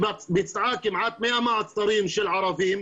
היא ביצעה כמעט 100 מעצרים של ערבים.